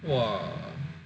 !wah!